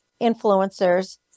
influencers